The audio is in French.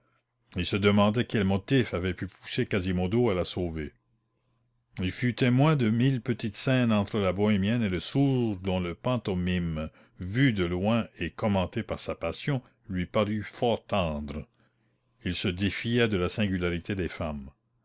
il se demandait quel motif avait pu pousser quasimodo à la sauver il fut témoin de mille petites scènes entre la bohémienne et le sourd dont la pantomime vue de loin et commentée par sa passion lui parut fort tendre il se défiait de la singularité des femmes